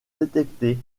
détectées